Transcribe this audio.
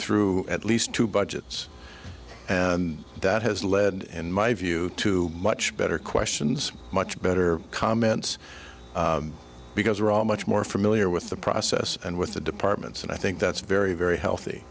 through at least two budgets and that has led in my view to much better questions much better comments because we're all much more familiar with the process and with the departments and i think that's very very healthy